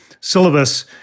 syllabus